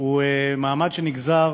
הוא מעמד שנגזר